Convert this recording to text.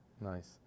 Nice